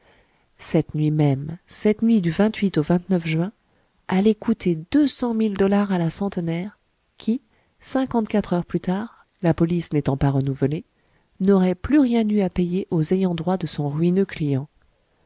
cette nuit même cette nuit du an juin allait coûter deux cent mille dollars à la centenaire qui cinquante quatre heures plus tard la police n'étant pas renouvelée n'aurait plus rien eu à payer aux ayants droit de son ruineux client